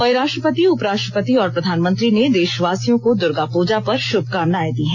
वहीं राष्ट्रपति उपराष्ट्रपति और प्रधानमंत्री ने देशवासियों को दुर्गा पूजा पर शुभकामनाएं दी है